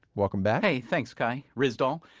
welcome back hey, thanks kai ryssdal.